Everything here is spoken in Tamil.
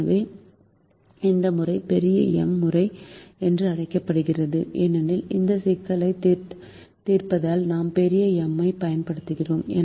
எனவே இந்த முறை பெரிய M முறை என்றும் அழைக்கப்படுகிறது ஏனெனில் இந்த சிக்கல்களைத் தீர்ப்பதில் நாம் பெரிய M ஐப் பயன்படுத்துகிறோம்